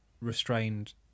restrained